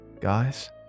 guys